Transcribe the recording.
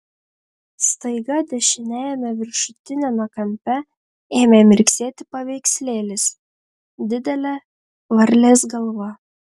staiga dešiniajame viršutiniame kampe ėmė mirksėti paveikslėlis didelė varlės galva